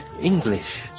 English